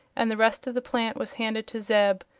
and the rest of the plant was handed to zeb,